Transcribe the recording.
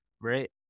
right